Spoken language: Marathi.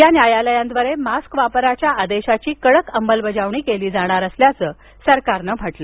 या न्यायालायांद्वारे मास्क वापराच्या आदेशाची कडक अंमलबजावणी केली जाणार असल्याचं सरकारनं सांगितलं